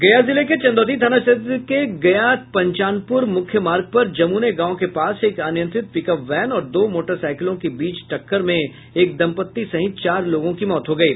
गया जिले के चंदौती थाना क्षेत्र के गया पंचानपूर मुख्य मार्ग पर जमूने गांव के पास एक अनियंत्रित पिकअप वैन और दो मोटरसाइकिलों के बीच हुयी टक्कर में एक दम्पत्ति सहित चार लोगों की मौत हो गयी